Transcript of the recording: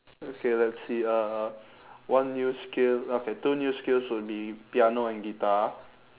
okay let's see uh one new skill okay two new skills would be piano and guitar